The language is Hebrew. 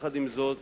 עם זאת,